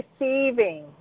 receiving